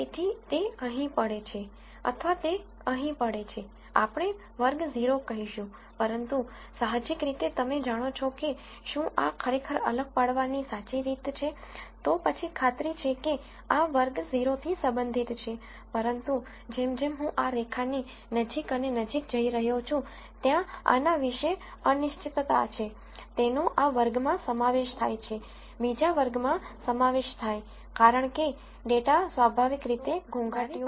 તેથી તે અહીં પડે છે અથવા તે અહીં પડે છે આપણે વર્ગ 0 કહીશું પરંતુ સાહજિક રીતે તમે જાણો છો કે શું આ ખરેખર અલગ પાડવાની સાચી રીત છે તો પછી ખાતરી છે કે આ વર્ગ 0 થી સંબંધિત છેપરંતુ જેમ જેમ હું આ રેખાની નજીક અને નજીક જઈ રહ્યો છું ત્યાં આના વિષે અનિશ્ચિતતા છે તેનો આ વર્ગ માં સમાવેશ થાય છે કે બીજા વર્ગ માં સમાવેશ થાય કારણ કે ડેટા સ્વાભાવિક રીતે ઘોંઘાટિયું હોય છે